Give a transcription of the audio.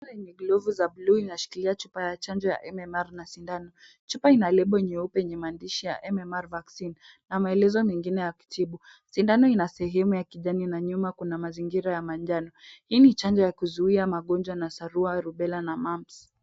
Pale ni glovu za bluu inashikilia chupa ya chanjo ya MMR na sindano. Chupa ina lebo nyeupe yenye maandishi ya MMR vaccine na maelezo mengine ya kutibu. Sindano ina sehemu ya kijani na nyuma kuna mazingira ya manjano. Hii ni chanjo ya kuzuia magonjwa na sarua, rubella na mumps .